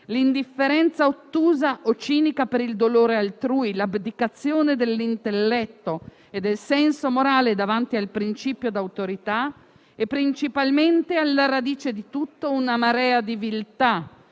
l'indifferenza ottusa o cinica per il dolore altrui, l'abdicazione dell'intelletto e del senso morale davanti al principio d'autorità, e principalmente, alla radice di tutto, una marea di viltà,